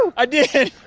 i did.